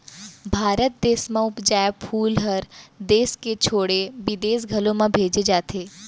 भारत देस म उपजाए फूल हर देस के छोड़े बिदेस घलौ म भेजे जाथे